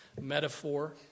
metaphor